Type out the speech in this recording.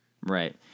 right